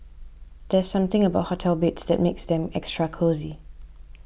there's something about hotel beds that makes them extra cosy